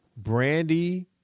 Brandy